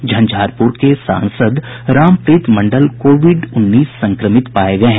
झंझारपुर के सांसद रामप्रीत मंडल कोविड उन्नीस संक्रमित पाये गये हैं